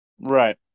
Right